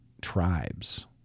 Tribes